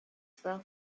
swell